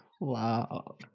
Wow